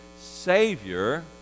Savior